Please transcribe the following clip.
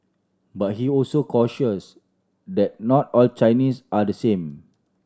but he also cautions that not all Chinese are the same